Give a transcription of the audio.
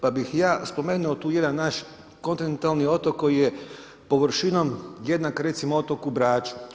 Pa bih ja spomenuo tu jedan naš kontinentalni otok koji je površinom jednak recimo otoku Braču.